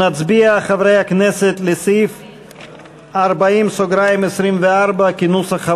חברי הכנסת, נצביע על סעיף 40(24) כנוסח הוועדה,